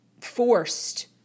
forced